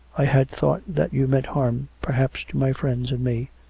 i had thought that you meant harm, perhaps, to my friends and me.